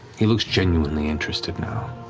he looks genuinely interested now.